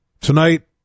Tonight